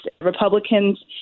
Republicans